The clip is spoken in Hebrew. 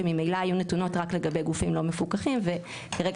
שממילא היו נתונות רק לגבי גופים לא מפוקחים וכרגע